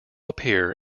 appear